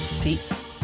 Peace